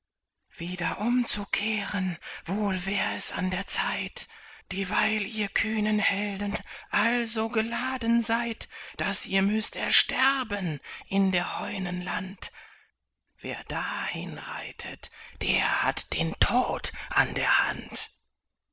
wieder umzukehren wohl wär es an der zeit dieweil ihr kühnen helden also geladen seid daß ihr müßt ersterben in der heunen land wer da hinreitet der hat den tod an der hand